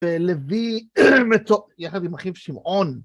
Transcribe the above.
ולוי יחד עם אחיו שמעון.